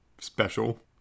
special